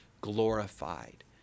glorified